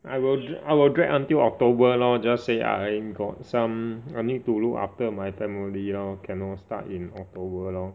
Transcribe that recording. I will I will drag until October lor just say I got some I need to look after my family lor cannot start in October lor